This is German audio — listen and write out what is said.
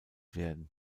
werden